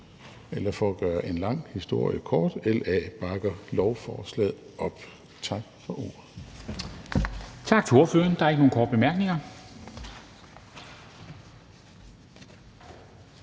eller for at gøre en lang historie kort: LA bakker lovforslaget op. Tak for ordet.